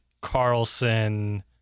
Carlson